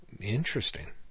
Interesting